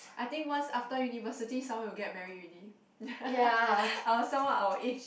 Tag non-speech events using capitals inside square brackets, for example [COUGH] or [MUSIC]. I think once after university someone will get married already [LAUGHS] our someone our age